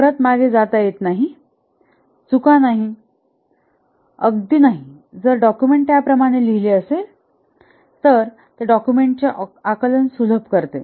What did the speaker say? परत मागे जाता येत नाही चुका नाही अगदी नाहीजर डाक्युमेंट त्याप्रमाणे लिहिले असेल तर ते डाक्युमेंटचे आकलन सुलभ करते